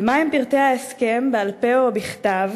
2. מה הם פרטי ההסכם בעל-פה או בכתב